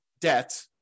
debt